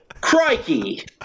Crikey